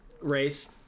race